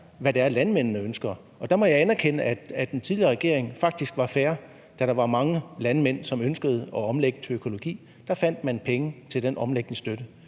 hvad det er, landmændene ønsker. Der må jeg anerkende, at den tidligere regering faktisk var fair, da der var mange landmænd, som ønskede at omlægge til økologi. Der fandt man penge til den omlægningsstøtte.